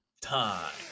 time